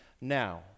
now